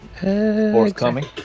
forthcoming